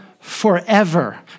forever